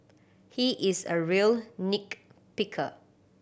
he is a real nick picker